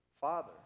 Father